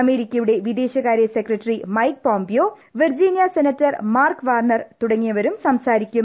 അമേരിക്കയുടെ വിദേശകാര്യ secretary Mike പോംപിയ്ക് വിർജീനിയ സെനറ്റർ മാർക്ക് വാർണർ തുടങ്ങിയവരും സംസാരിക്കും